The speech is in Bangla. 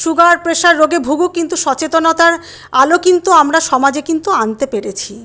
সুগার প্রেসার রোগে ভুগুক কিন্তু সচেতনতার আলো কিন্তু আমরা সমাজে কিন্তু আনতে পেরেছি